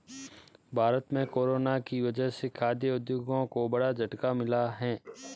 भारत में कोरोना की वजह से खाघ उद्योग को बड़ा झटका मिला है